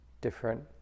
different